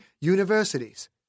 universities